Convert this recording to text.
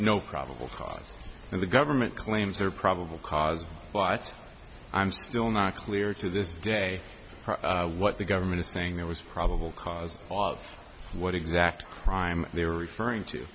no probable cause and the government claims there probable cause but i'm still not clear to this day what the government is saying there was probable cause of what exact crime they were referring to